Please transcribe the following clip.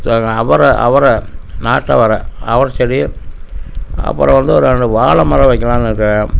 அவரை அவரை நாட்டு அவரை அவரை செடி அப்புறம் வந்து ஒரு ரெண்டு வாழைமரம் வைக்கலான்னு இருக்கிறேன்